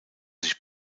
sich